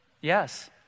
Yes